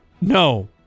no